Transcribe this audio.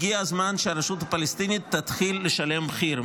הגיע הזמן שהרשות הפלסטינית תתחיל לשלם מחיר.